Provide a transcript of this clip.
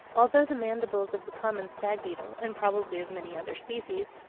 although the mandibles of the common stag-beetle, and probably of many other species,